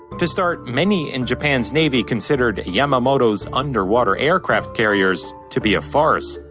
to start, many in japan's navy considered yamamoto's underwater aircraft carriers to be a farce.